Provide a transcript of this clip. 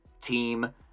team